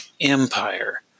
empire